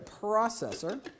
processor